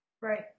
Right